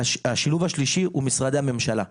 המרכיב השלישי הוא משרדי הממשלה,